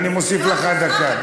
אני מוסיף לך דקה.